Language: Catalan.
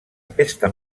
aquesta